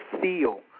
feel